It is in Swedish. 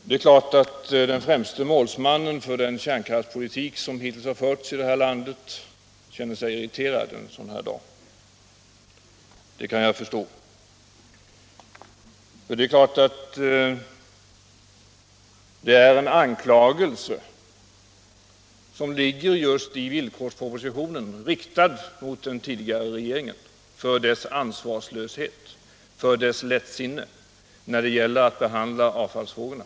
Det är klart att den främste målsmannen för den kärnkraftspolitik - Nr 107 som hittills har förts i det här landet känner sig irriterad en sådan här dag — det kan jag förstå. Det är en anklagelse som ligger i villkorspropositionen, riktad mot den tidigare regeringen för dess ansvarslöshety I för dess lättsinne när det gäller att behandla avfallsfrågorna.